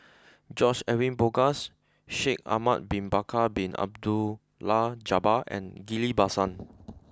George Edwin Bogaars Shaikh Ahmad bin Bakar Bin Abdullah Jabbar and Ghillie Basan